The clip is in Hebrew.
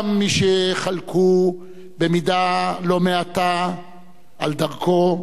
גם מי שחלקו במידה לא מעטה על דרכו,